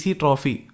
trophy